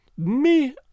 Me